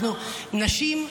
אנחנו נשים,